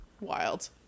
Wild